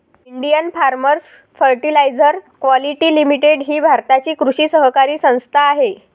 Indian Farmers Fertiliser Quality Limited ही भारताची कृषी सहकारी संस्था आहे